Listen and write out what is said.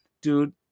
dude